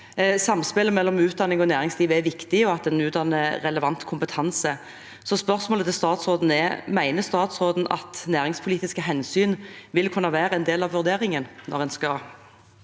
Samspillet mellom utdanning og næringsliv er viktig, at en utdanner til relevant kompetanse, så spørsmålet til statsråden er: Mener statsråden at næringspolitiske hensyn vil kunne være en del av vurderingen